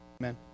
Amen